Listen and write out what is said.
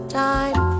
time